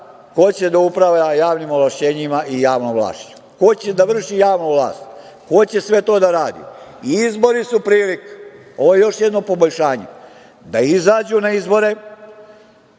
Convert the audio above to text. ko će da upravlja javnim ovlašćenjima i javnom vlašću, ko će da vrši javnu vlast, ko će sve to da radi. Izbori su prilika, ovo je još jedno poboljšanje, da izađu na izbore,